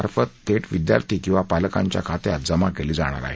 मार्फत थेट विद्यार्थी किंवा पालकांच्या खात्यात जमा केली जाणार आहे